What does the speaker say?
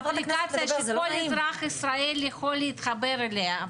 אפליקציה שכל אזרח ישראל יכול להתחבר עליה,